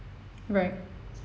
right